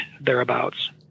thereabouts